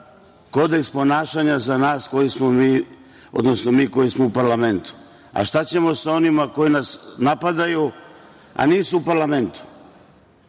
kodeks ponašanja. Sada kodeks ponašanja za nas koji smo u parlamentu, a šta ćemo sa onima koji nas napadaju, a nisu u parlamentu?